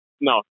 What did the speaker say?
no